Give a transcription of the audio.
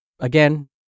Again